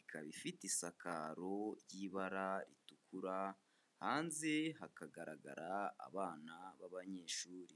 ikaba ifite isakaro ry'ibara ritukura, hanze hakagaragara abana b'abanyeshuri.